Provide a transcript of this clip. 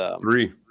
Three